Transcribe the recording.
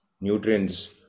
nutrients